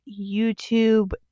youtube